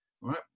right